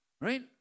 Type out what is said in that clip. right